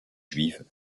juive